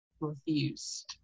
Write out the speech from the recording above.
refused